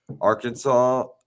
Arkansas